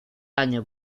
año